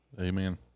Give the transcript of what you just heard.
Amen